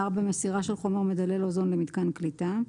מסירה של חומר מדלל אוזון למיתקן קליטה,